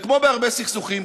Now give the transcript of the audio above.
זה כמו בהרבה סכסוכים,